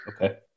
Okay